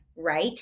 right